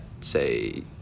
say